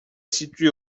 située